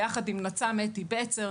ביחד נצ"מ אתי בצר,